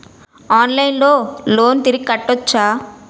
ఆన్లైన్లో లోన్ తిరిగి కట్టోచ్చా?